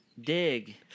Dig